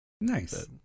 Nice